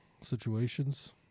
situations